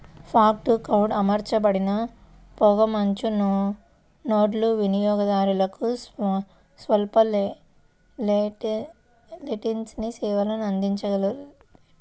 fog to cloud అమర్చబడిన పొగమంచు నోడ్లు వినియోగదారులకు స్వల్ప లేటెన్సీ సేవలను అందించగలవు